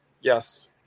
Yes